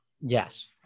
Yes